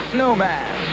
Snowman